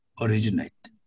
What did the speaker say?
originate